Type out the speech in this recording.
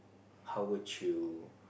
how would you